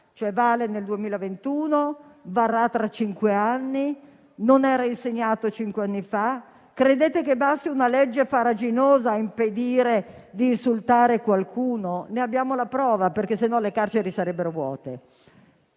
vale nel 2021, varrà tra cinque anni ed era insegnato cinque anni fa. Credete che basti una legge farraginosa per impedire di insultare qualcuno? Ne abbiamo la prova, perché altrimenti le carceri sarebbero vuote.